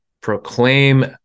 proclaim